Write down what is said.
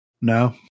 No